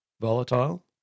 volatile